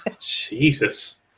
Jesus